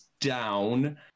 down